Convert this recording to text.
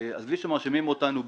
עזבי שמאשימים אותנו,